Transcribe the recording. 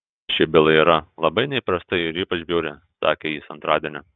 ši byla yra labai neįprasta ir ypač bjauri sakė jis antradienį